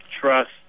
trust